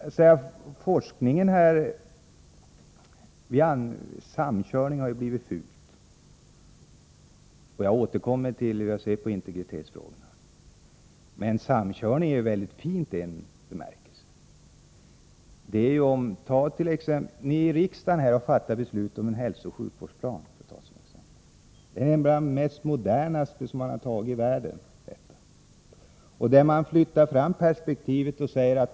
Beträffande forskningen kan jag säga följande. Samkörning har ju blivit ett fult ord — jag återkommer till hur jag ser på integritetsfrågorna senare — men samkörning är någonting mycket fint i en bemärkelse. Låt mig ta som exempel att ni i riksdagen har fattat beslut om en hälsooch sjukvårdsplan, som är bland de mest moderna som man har antagit i världen. Där flyttas perspektivet framåt.